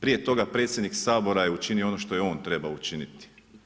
Prije toga predsjednik Sabora je učinio ono što je on trebao učiniti.